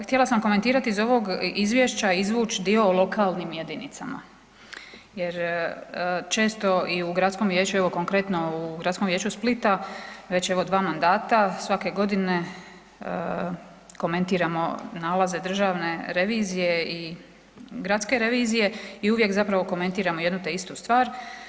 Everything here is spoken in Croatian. Htjela sam komentirati, iz ovog izvješća izvuć dio o lokalnim jedinicama jer često i u gradskom vijeću, evo konkretno u Gradskom vijeću Splita već evo dva mandata svake godine komentiramo nalaze državne revizije i gradske revizije i uvijek zapravo komentiramo jednu te istu stvar.